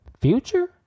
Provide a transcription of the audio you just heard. Future